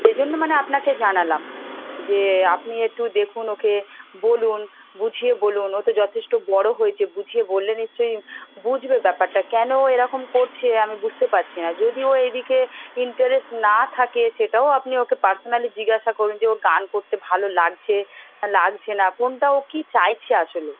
ওই জন্যে মানে আপনাকে জানালাম যে আপনি একটু দেখুন ওকে বলুন বুঝিয়ে বলুন ওতো যথেষ্ট বড়ো হয়েছে বুঝিয়ে বললে নিশ্চই বুঝবে ব্যাপারটা কেন ও এরকম করছে আমি বুঝতে পারছি না যদি ও এই দিকে ইন্টারেস্ট না থাকে সেটাও আপনি ওকে পার্সোনালি জিজ্ঞাসা করুন যে ওর গান করতে ভালো লাগছে লাগছে না কোনটা ও কী চাইছে আসলে